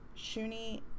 Shuni